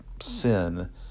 sin